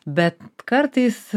bet kartais